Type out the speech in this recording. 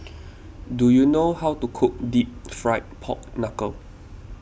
do you know how to cook Deep Fried Pork Knuckle